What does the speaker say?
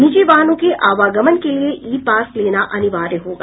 निजी वाहनों के आवागमन के लिये ई पास लेना अनिवार्य होगा